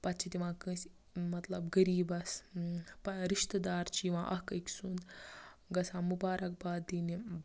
پَتہٕ چھِ دِوان کٲنٛسہِ مَطلَب غریٖبَس رِشتہِ دار چھِ یِوان اَکھ أکۍ سُنٛد گَژھان مُبارَک باد دِنہٕ